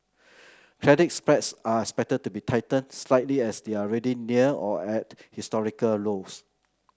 credit spreads are expected to be tightened slightly as they are already near or at historical lows